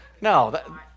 No